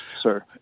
sir